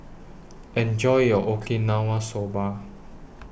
Enjoy your Okinawa Soba